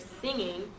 singing